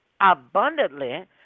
abundantly